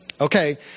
Okay